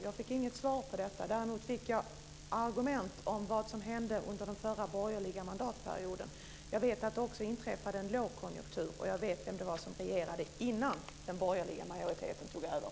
Jag fick inget svar på den, däremot argument om vad som hände under den förra borgerliga mandatperioden. Jag vet att det också inträffade en lågkonjunktur, och jag vet vem som regerade innan den borgerliga majoriteten tog över.